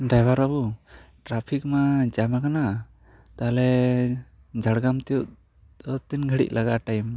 driver ᱵᱟᱹᱵᱩ traffic ᱢᱟ jam ᱟᱠᱟᱱᱟ ᱛᱟᱦᱚᱞᱮ ᱡᱷᱟᱲᱜᱨᱟᱢ ᱛᱤᱭᱚᱜ ᱛᱤᱱ ᱜᱷᱟᱹᱲᱤᱡ ᱞᱟᱜᱟᱜᱼᱟ ᱴᱟᱭᱤᱢ